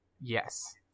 Yes